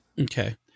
Okay